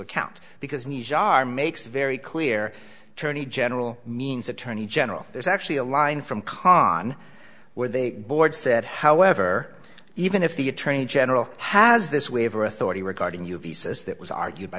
makes very clear attorney general means attorney general there's actually a line from con where they board said however even if the attorney general has this waiver authority regarding your visas that was argued by